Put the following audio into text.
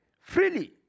Freely